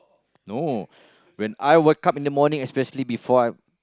no when I wake up in the morning especially before I